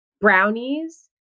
Brownies